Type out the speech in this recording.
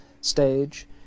stage